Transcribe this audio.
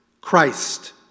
Christ